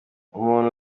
umuntu